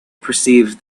perceived